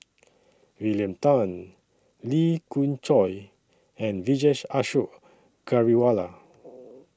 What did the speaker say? William Tan Lee Khoon Choy and Vijesh Ashok Ghariwala